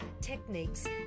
techniques